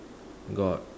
got